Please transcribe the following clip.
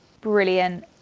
brilliant